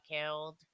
killed